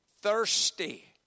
thirsty